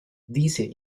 dice